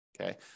Okay